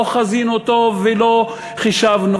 לא חזינו טוב ולא חישבנו